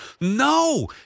No